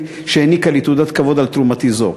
שהעניקה לי תעודת כבוד על תרומתי זו.